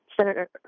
Senator